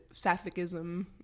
sapphicism